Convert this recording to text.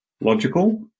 logical